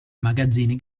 magazzini